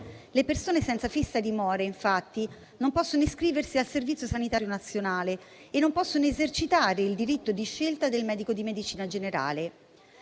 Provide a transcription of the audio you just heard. Le persone senza fissa dimora, infatti, non possono iscriversi al servizio sanitario nazionale e non possono esercitare il diritto di scelta del medico di medicina generale.